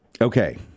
Okay